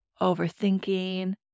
overthinking